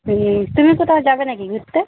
হুম তুমি কোথাও যাবে নাকি ঘুরতে